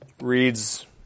reads